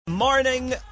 Morning